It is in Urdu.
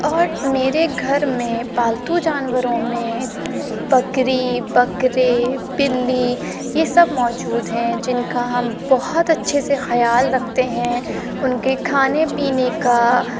اور میرے گھر میں پالتو جانوروں میں پکری بکرے بلی یہ سب موجود ہیں جن کا ہم بہت اچھے سے خیال رکھتے ہیں ان کے کھانے پینے کا